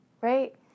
right